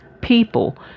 people